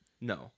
No